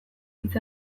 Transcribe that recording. hitz